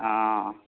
हँ